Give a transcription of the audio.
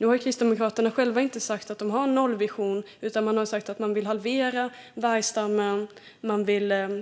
Nu har ju Kristdemokraterna själva inte sagt att man har en nollvision, utan man har sagt att man vill halvera vargstammen